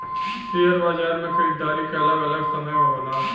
share बाजार मे खरीदारी के अलग अलग समय होला